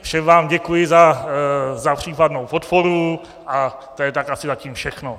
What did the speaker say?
Všem vám děkuji za případnou podporu a to je tak asi zatím všechno.